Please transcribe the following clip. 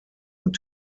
und